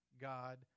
God